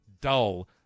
dull